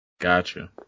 Gotcha